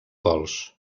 gols